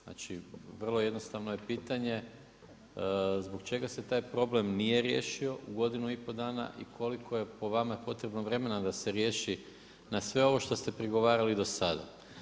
Znači vrlo jednostavno je pitanje zbog čega se taj problem nije riješio u godinu i pol dana i koliko je po vama potrebno vremena da se riješi na sve ovo što ste prigovarali do sada.